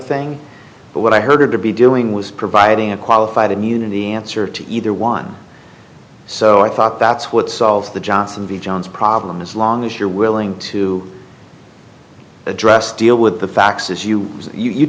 thing but what i heard to be doing was providing a qualified immunity answer to either one so i thought that's what solves the johnson v johns problem as long as you're willing to address deal with the facts as you as you